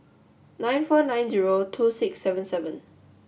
nine four nine zero two six seven seven